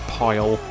pile